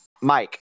Mike